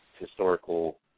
historical